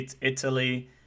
italy